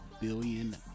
billion